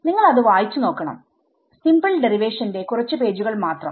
നിങ്ങൾ അത് വായിച്ചു നോക്കണം സിമ്പിൾ ഡെറിവേഷന്റെകുറച്ചു പേജുകൾ മാത്രം